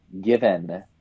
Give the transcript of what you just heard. given